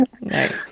Nice